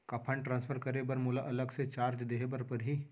का fund transfer करे बर मोला अलग से चार्ज देहे बर परही?